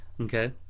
okay